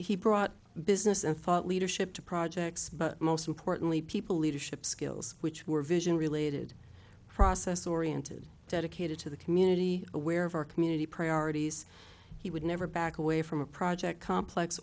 he brought business and thought leadership to projects but most importantly people leadership skills which were vision related process oriented dedicated to the community aware of our community priorities he would never back away from a project complex